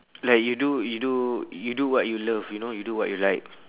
like you do you do you do what you love you know you do what you like